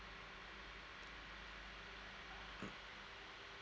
mm